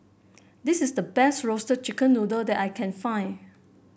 this is the best Roasted Chicken Noodle that I can find